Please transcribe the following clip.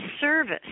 service